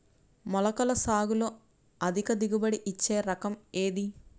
మొలకల సాగులో అధిక దిగుబడి ఇచ్చే రకం ఏది?